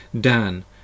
Dan